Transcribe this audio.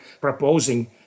proposing